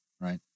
right